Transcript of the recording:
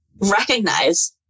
recognize